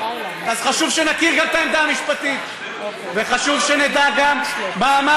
אז חשוב שנכיר גם את העמדה המשפטית וחשוב שנדע גם מה אמר